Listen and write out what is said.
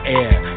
air